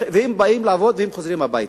הם באים לעבוד, והם חוזרים הביתה.